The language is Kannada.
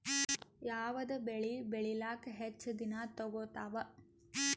ಯಾವದ ಬೆಳಿ ಬೇಳಿಲಾಕ ಹೆಚ್ಚ ದಿನಾ ತೋಗತ್ತಾವ?